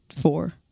four